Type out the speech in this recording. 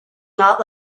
not